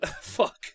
Fuck